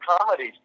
comedies